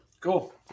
cool